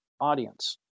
audience